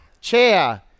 Chair